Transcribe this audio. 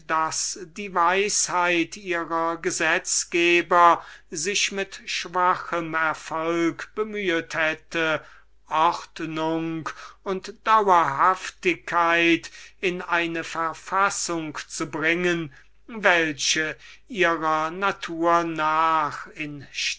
die weisheit ihrer gesetzgeber sich mit schwachem erfolg bemühet hätte ordnung und konsistenz in eine verfassung zu bringen welche ihrer natur nach